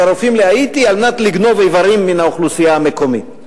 הרופאים להאיטי על מנת לגנוב איברים מן האוכלוסייה המקומית.